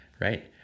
right